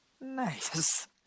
Nice